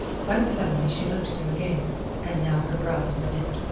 quite suddenly she looked at him again and now her brows were knit.